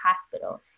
hospital